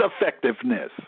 effectiveness